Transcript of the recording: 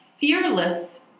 fearless